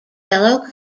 fellow